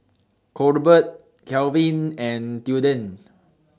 Colbert Calvin and Tilden